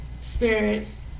Spirits